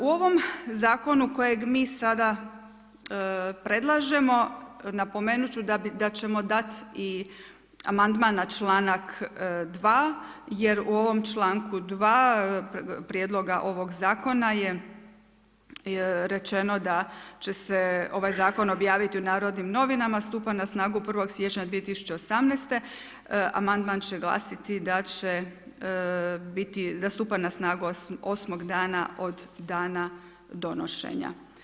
U ovom zakonu kojeg mi sada predlažemo napomenut ćemo da ćemo dat i amandman na članak 2. jer u ovom članku 2. prijedloga ovog zakona je rečeno da će se ovaj zakon objaviti u Narodnim novinama, stupa na snagu 1. siječnja 2018., amandman će glasiti da stupa na snagu osmog dana od dana donošenja.